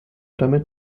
damit